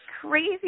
crazy